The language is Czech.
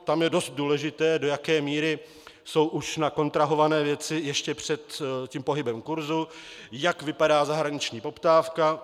Tam je dost důležité, do jaké míry jsou už nakontrahované věci ještě před pohybem kursu, jak vypadá zahraniční poptávka.